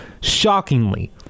shockingly